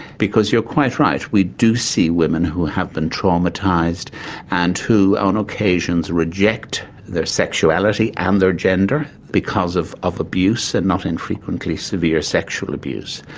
because you're quite right, we do see women who have been traumatised and who on occasions reject their sexuality and their gender because of of abuse and not infrequently severe sexual abuse.